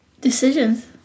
Decisions